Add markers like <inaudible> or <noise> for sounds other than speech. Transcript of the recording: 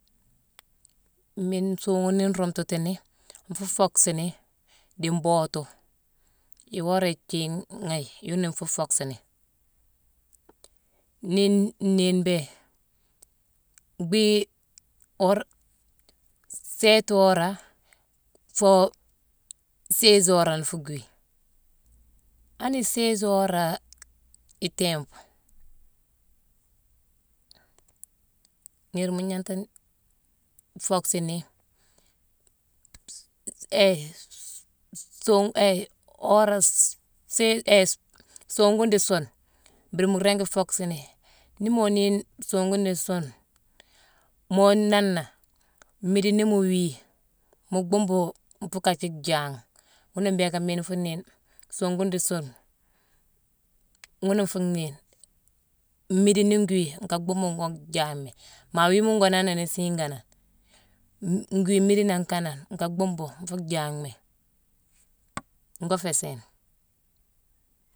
Miine nsuughune nii nruumtani, nfuu foocksini dii mbootu. Iwora ithiigh ghayi, yuuna nfuu foocksini. Nii nnééyine béé, bhii wor sééti wora, foo sééze wora la nfuu gwii. Ani sééze wora dii timpu niirma gnanghta n-foocksini <hesitation> wora <hesitation> soongune dii suune mbiri mu ringi focksi. Nii mu nééyine soogune dii suune, moo naana, mmiidine nii mu wii, mu bhuumbu nfuu kajii jaangh. Ghuna mbééka miine nfuu nééyine soogune dii suune, ghuna nfuu nhééyine. Mmiidine nii ngwii, nka bhuumma ngo jaanghmi. Maa wiima ngo naanani siiganane, n- n- ngwii miidine nangh kanane, nka bhuumbu nfu jaaghmi, ngo féé sééne.